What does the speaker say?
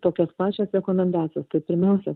tokios pačios rekomendacijos tai pirmiausia